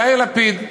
יאיר לפיד.